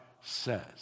says